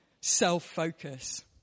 self-focus